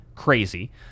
Crazy